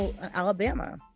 Alabama